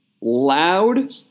loud